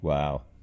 Wow